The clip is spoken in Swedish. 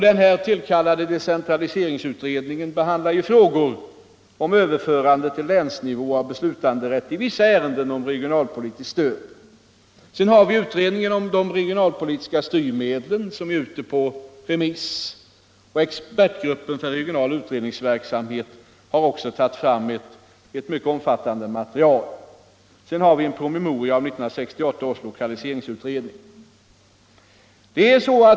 Decentraliseringsutredningen behandlar frågan om överförande till länsnivå av beslutanderätt i vissa ärenden om regionalpolitiskt stöd. Sedan har vi utredningen om regionalpolitiska styrmedel ute på remiss. Expertgruppen för regional utredningsverksamhet har också tagit fram ett omfattande material. Därtill har vi en promemoria om 1968 års lokaliseringsutredning.